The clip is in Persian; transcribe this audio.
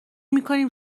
میکنیم